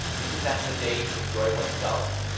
isn't that the day to enjoy one's self?